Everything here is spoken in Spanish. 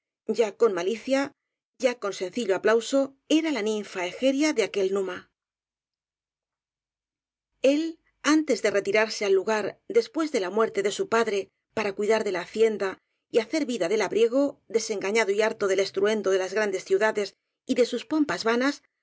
ya con malicia ya con sencillo aplauso era la ninfa egeria de aquel numa él antes de retirarse al lugar después de la muerte de su padre para cuidar de la hacienda y hacer vida de labriego desengañado y harto del estruendo de las grandes ciudades y de sus pom pas vanas